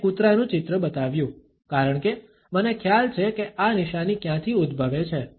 મેં કૂતરાનું ચિત્ર બતાવ્યું કારણ કે મને ખ્યાલ છે કે આ નિશાની ક્યાંથી ઉદ્ભવે છે